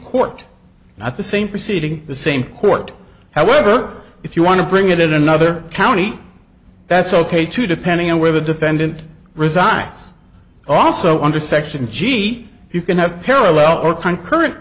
court at the same proceeding the same court however if you want to bring it in another county that's ok too depending on where the defendant resigns also under section g you can have parallel or conc